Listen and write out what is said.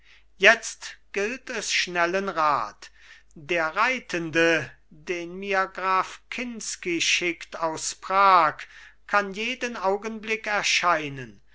jetzt gilt es schnellen rat der reitende den mir graf kinsky schickt aus prag kann jeden augenblick erscheinen